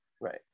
right